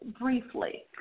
briefly